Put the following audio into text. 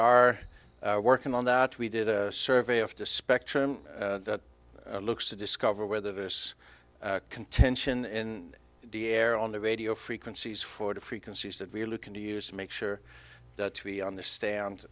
are working on that we did a survey of to spectrum that looks to discover whether this contention in the air on the radio frequencies for the frequencies that we're looking to use make sure that we understand